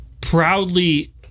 proudly